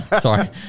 Sorry